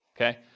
okay